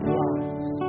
lives